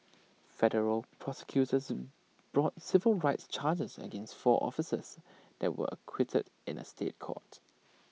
federal prosecutors brought civil rights charges against four officers that they were acquitted in A State Court